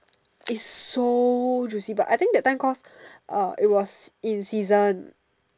is so juicy but I think that time cause uh it was in season